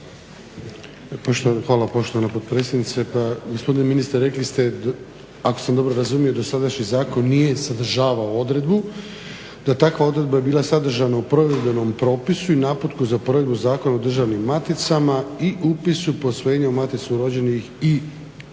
Hvala poštovana potpredsjednice. Pa gospodine ministre rekli ste, ako sam dobro razumio, dosadašnji zakon nije sadržavao odredbu da takva odredba je bila sadržana u provedbenom propisu i naputku za provedbu Zakona o državnim maticama i upisu posvojenja u maticu rođenih i vjenčanih.